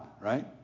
right